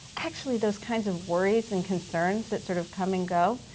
actually, those kinds of worries and concerns that sort of come and go,